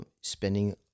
spending